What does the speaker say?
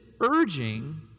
urging